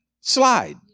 slide